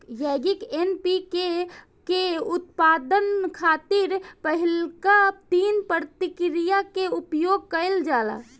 यौगिक एन.पी.के के उत्पादन खातिर पहिलका तीन प्रक्रिया के उपयोग कईल जाला